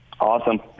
Awesome